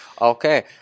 Okay